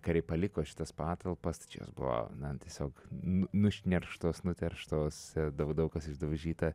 kariai paliko šitas patalpas čia jos buvo na tiesiog nu nušnerkštos nuterštos dau daug kas išdaužyta